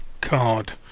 card